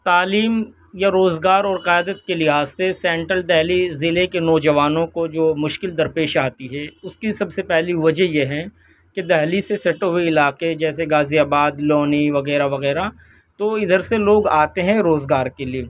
تعلیم یا روزگار اور قیادت کے لحاظ سے سینٹرل دہلی ضلع کے نوجوانوں کو جو مشکل درپیش آتی ہے اس کی سب سے پہلی وجہ یہ ہیں کہ دہلی سے سٹے ہوئے علاقے جیسے غازی آباد لونی وگیرہ وگیرہ تو ادھر سے لوگ آتے ہیں روزگار کے لیے